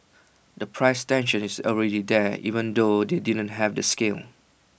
the price tension is already there even though they didn't have the scale